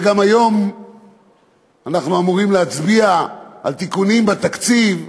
וגם היום אנחנו אמורים להצביע על תיקונים בתקציב.